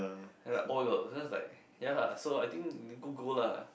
ya lah all girls that's why like ya lah so I think we go go lah